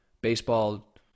baseball